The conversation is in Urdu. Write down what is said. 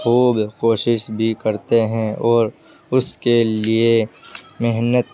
خوب کوشش بھی کرتے ہیں اور اس کے لیے محنت